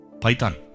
Python